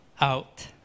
out